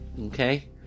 Okay